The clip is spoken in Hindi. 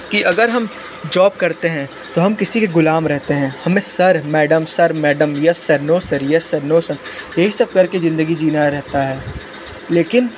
कि अगर हम जॉब करते हैं तो हम किसी के गुलाम रहते हैं हमें sir madam sir madam yes sir no sir yes sir no sir यही सब कर के जिंदगी जीना रहता है लेकिन